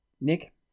Nick